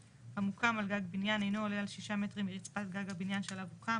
המוקם על גג בניין אינו עולה על 6 מטרים מרצפת גג הבניין שעליו הוקם,